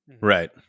Right